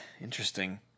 interesting